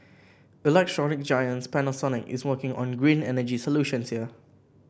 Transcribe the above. electronics giant Panasonic is working on green energy solutions here